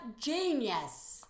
genius